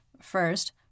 First